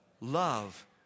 love